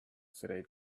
said